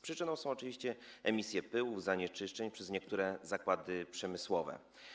Przyczyną są oczywiście emisje pyłów, zanieczyszczeń przez niektóre zakłady przemysłowe.